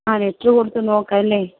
ആ ലെറ്റർ കൊടുത്ത് നോക്കാം അല്ലേ